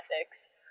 ethics